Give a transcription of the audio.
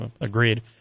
Agreed